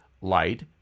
Light